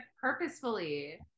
purposefully